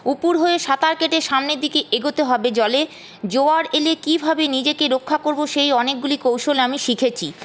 উপুড় হয়ে সাঁতার কেটে সামনের দিকে এগোতে হবে জলে জোয়ার এলে কীভাবে নিজেকে রক্ষা করব সেই অনেকগুলি কৌশল আমি শিখেছি